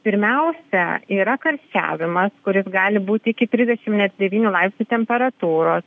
pirmiausia yra karščiavimas kuris gali būti iki trisdešim devynių laipsnių temperatūros